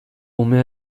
unea